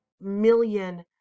million